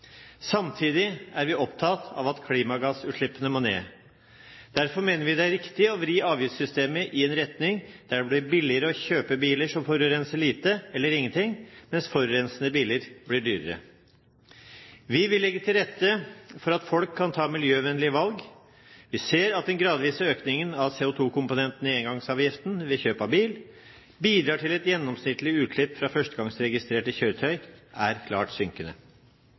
Samtidig er vi opptatt av at klimagassutslippene må ned. Derfor mener vi det er riktig å vri avgiftssystemet i en retning der det blir billigere å kjøpe biler som forurenser lite eller ingenting, mens forurensende biler blir dyrere. Vi vil legge til rette for at folk kan ta miljøvennlige valg. Vi ser at den gradvise økningen av CO2-komponenten i engangsavgiften ved kjøp av bil bidrar til at gjennomsnittlig utslipp fra førstegangsregistrerte kjøretøy er klart synkende.